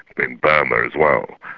but in burma as well,